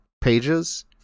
pages